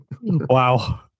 Wow